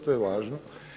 To je važno.